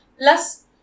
plus